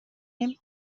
nehmen